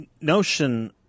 notion